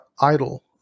idle